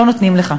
לא נותנים לך.